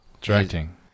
Directing